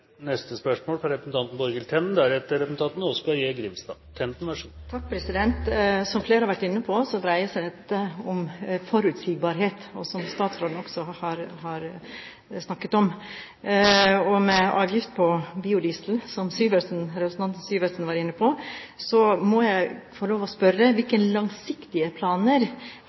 Som flere har vært inne på, og som statsråden også har snakket om, dreier dette seg om forutsigbarhet. Når det gjelder avgift på biodiesel, som representanten Syversen var inne på, må jeg få lov å spørre: Hvilke langsiktige planer